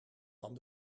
van